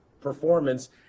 performance